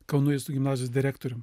kauno jėzuitų gimnazijos direktorium